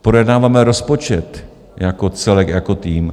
Projednáváme rozpočet jako celek, jako tým.